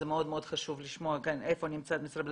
זה מאוד חשוב לשמוע איפה נמצא משרד הבריאות,